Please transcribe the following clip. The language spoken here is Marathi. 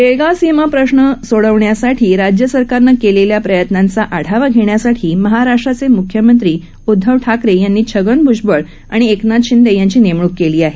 बेळगाव सीमा प्रश्न सोडवण्यासाठी राज्यसरकारनं केलेल्या प्रयत्नाचा आढावा घेण्यासाठी महाराष्ट्राचे मुख्यमंत्री उद्दव ठाकरे यांनी छगन भुजबळ आणि एकनाथ शिंदे यांची नेमणूक केली आहे